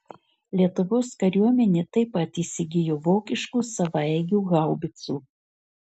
lietuvos kariuomenė taip pat įsigijo vokiškų savaeigių haubicų